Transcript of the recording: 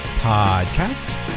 podcast